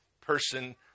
person